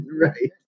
right